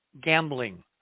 gambling